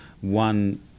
one